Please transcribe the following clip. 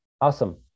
Awesome